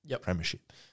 premiership